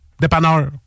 dépanneur